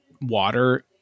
water